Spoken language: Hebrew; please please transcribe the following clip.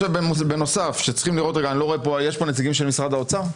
יש פה נציגים של משרד האוצר?